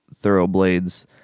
Thoroughblades